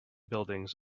buildings